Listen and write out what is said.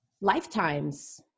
lifetimes